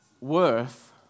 worth